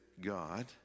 God